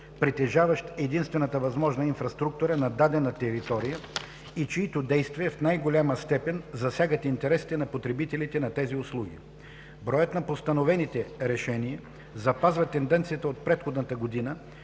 притежаващ единствената възможна инфраструктура на дадена територия, и чиито действия в най-голяма степен засягат интересите на потребителите на тези услуги. Броят на постановените решения запазва тенденцията от предходната година,